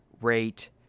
rate